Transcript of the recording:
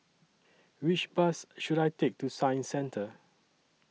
Which Bus should I Take to Science Centre